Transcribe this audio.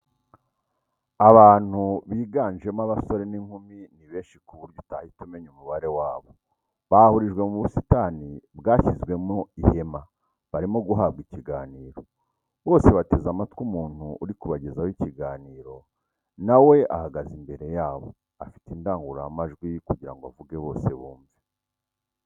Abantu biganjemo abasore n'inkumi ni benshi ku buryo utahita umenya umubare wabo, bahurijwe mu busitani bwashyizwemo ihema ,barimo guhabwa ikiganiro , bose bateze amatwi umuntu uri kubagezaho ikiganiro nawe ahagaze imbere yabo afite indangururamajwi kugirango avuge bose bumve.